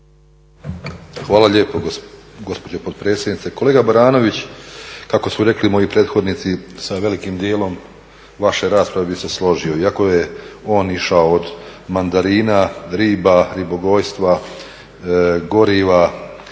Hvala lijepa gospođo potpredsjednice. Kolega Baranović, kako su rekli moji prethodnici sa velikim dijelom vaše rasprave bih se složio, iako je on išao od mandarina, riba, ribogojstva, goriva,